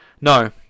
No